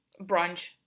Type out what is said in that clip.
brunch